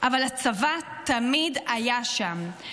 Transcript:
אבל הצבא תמיד היה שם.